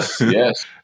Yes